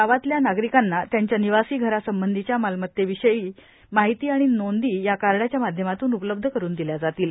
गावातल्या नागरीकांना त्यांच्या निवासी घरासंबंधीच्या मालमत्तेविषयीची माहिती आणि नोंदी या कार्डाच्या माध्यमातून उपलब्ध करून दिल्या जातील